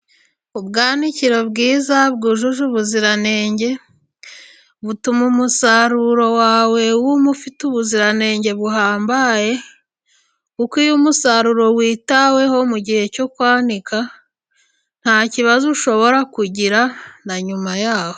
Ubwanikiro bwiza bwujuje ubuziranenge, butuma umusaruro wawe wumva ufite ubuziranenge buhambaye kuko iyo umusaruro witaweho mu gihe cyo kwanika, nta kibazo ushobora kugira na nyuma yaho.